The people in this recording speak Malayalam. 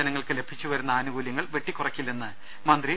ജനങ്ങൾക്ക് ലഭിച്ചു വരുന്ന ആനുകൂല്യങ്ങൾ വെട്ടിക്കുറയ്ക്കില്ലെന്ന് മന്ത്രി ടി